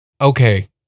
Okay